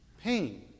pain